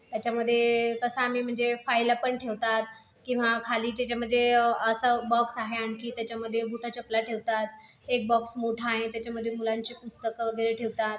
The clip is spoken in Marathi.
त्याच्यामध्ये असं आम्ही म्हणजे फाईल्यापण ठेवतात किंवा खाली त्याच्यामध्ये असा बॉक्स आहे आणखी त्याच्यामध्ये बुटाचपला ठेवतात एक बॉक्स मोठा आहे त्याच्यामध्ये मुलांची पुस्तकं वगैरे ठेवतात